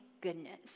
goodness